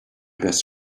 best